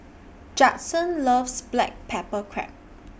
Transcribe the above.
Judson loves Black Pepper Crab